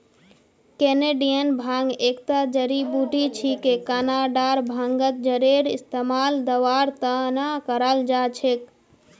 Canadian भांग एकता जड़ी बूटी छिके कनाडार भांगत जरेर इस्तमाल दवार त न कराल जा छेक